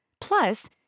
Plus